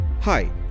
Hi